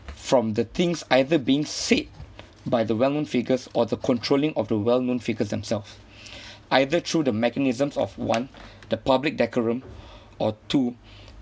from the things either being said by the well-known figures or the controlling of the well-known figures themselves either through the mechanisms of one the public decorum or two